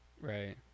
Right